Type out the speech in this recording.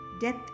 Death